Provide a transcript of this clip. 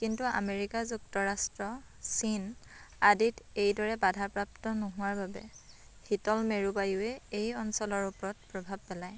কিন্তু আমেৰিকা যুক্তৰাষ্ট্ৰ চীন আদিত এইদৰে বাধা প্ৰাপ্ত নোহোৱাৰ বাবে শীতল মেৰু বায়ুৱে এই অঞ্চলৰ ওপৰত প্ৰভাৱ পেলায়